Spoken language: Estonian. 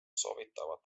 soovitavad